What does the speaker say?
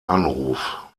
anruf